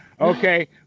Okay